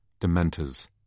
Dementors